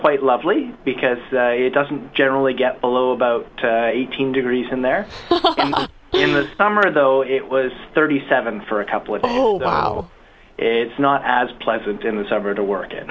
quite lovely because it doesn't generally get below about eighteen degrees and there summer though it was thirty seven for a couple of it's not as pleasant in the summer to work i